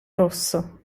rosso